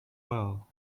well